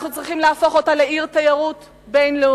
אנחנו צריכים להפוך אותה לעיר תיירות בין-לאומית.